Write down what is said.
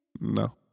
No